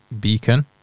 Beacon